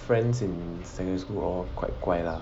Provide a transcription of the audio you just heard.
friends in secondary school all quite 乖 lah